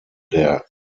der